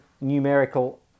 numerical